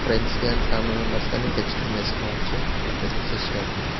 ఫ్రెండ్స్కి కానీ family members కానీ టెక్స్టింగ్ చేసుకోవచ్చు అంటే మెసేజ్ టైప్లో